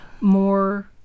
more